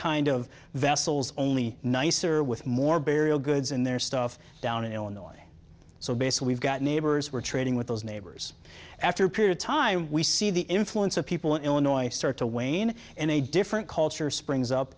kind of vessels only nicer with more burial goods in their stuff down in illinois so basically we've got neighbors we're trading with those neighbors after a period of time we see the influence of people in illinois start to wane and a different culture springs up